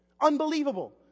Unbelievable